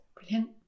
Brilliant